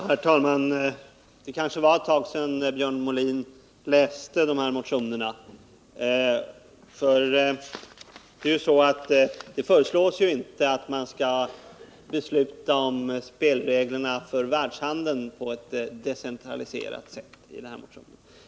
Herr talman! Det kanske var ett tag sedan Björn Molin läste de här motionerna. Där föreslås ju inte beslut om spelreglerna för världshandeln på ett decentraliserat sätt.